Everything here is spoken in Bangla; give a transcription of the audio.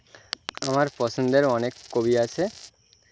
আমার পছন্দের অনেক কবি আছে